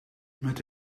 met